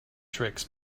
tricks